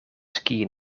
skiën